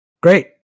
great